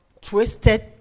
Twisted